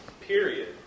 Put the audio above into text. period